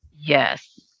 Yes